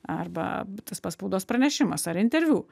arba tas pats spaudos pranešimas ar interviu